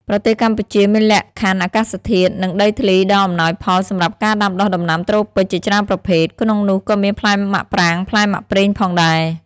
ប្រទេសកម្ពុជាមានលក្ខខណ្ឌអាកាសធាតុ និងដីធ្លីដ៏អំណោយផលសម្រាប់ការដាំដុះដំណាំត្រូពិចជាច្រើនប្រភេទ ក្នុងនោះក៏មានផ្លែមាក់ប្រាងផ្លែមាក់ប្រេងផងដែរ។